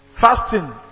Fasting